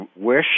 wish